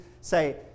say